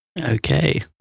okay